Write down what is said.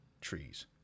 trees